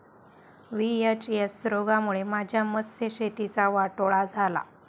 VHS रोगामुळे माझ्या मत्स्यशेतीचा वाटोळा झाला